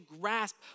grasp